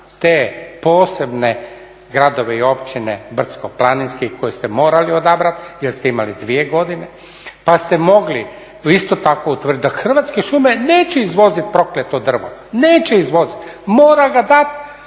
te posebne gradove i općine brdsko-planinskih koje ste morali odabrati jer ste imali dvije godine. Pa ste mogli isto tako utvrditi da Hrvatske šume neće izvoziti prokleto drvo, neće izvoziti. Mora ga dat